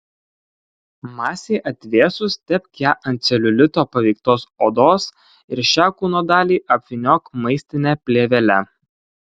masei atvėsus tepk ją ant celiulito paveiktos odos ir šią kūno dalį apvyniok maistine plėvele